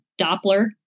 Doppler